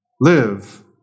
Live